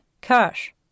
Cash